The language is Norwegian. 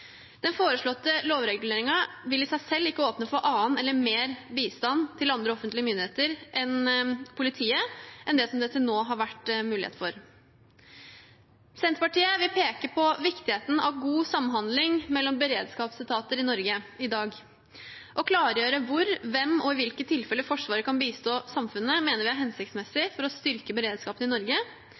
Den foreslåtte lovreguleringen vil i seg selv ikke åpne for annen eller mer bistand til andre offentlige myndigheter enn politiet enn det som det til nå har vært mulighet for. Senterpartiet vil peke på viktigheten av god samhandling mellom beredskapsetater i Norge i dag. Å klargjøre hvor, hvem og i hvilke tilfeller Forsvaret kan bistå samfunnet, mener vi er hensiktsmessig for å styrke beredskapen i Norge.